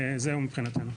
זהו מבחינתנו.